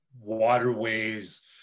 waterways